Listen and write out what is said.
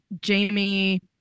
Jamie